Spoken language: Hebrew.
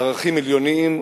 ערכים עליונים,